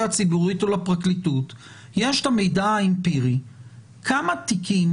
הציבורית או לפרקליטות יש את המידע האמפירי בכמה תיקים